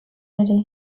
ere